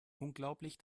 unglaublich